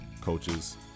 coaches